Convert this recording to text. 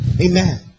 Amen